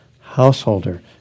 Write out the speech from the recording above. Householder